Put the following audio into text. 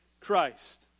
Christ